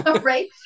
Right